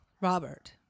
Robert